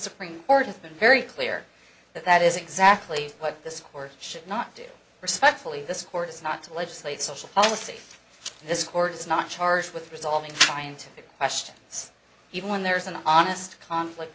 supreme court has been very clear that that is exactly what this court should not do respectfully this court is not to legislate social policy this court is not charged with resolving trying to pick questions even when there is an honest conflict